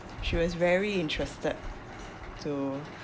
she was very interested to